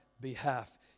behalf